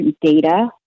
data